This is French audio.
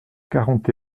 quarante